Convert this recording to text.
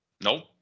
Nope